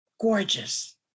gorgeous